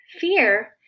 Fear